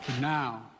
now